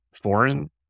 foreign